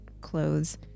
clothes